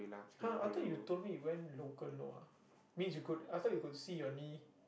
!huh! I thought you told me you went local no ah means you could I thought you could see your knee